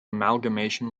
amalgamation